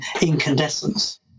Incandescence